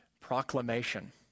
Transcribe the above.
proclamation